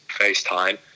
FaceTime